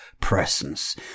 presence